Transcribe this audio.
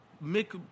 make